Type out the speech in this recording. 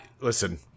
Listen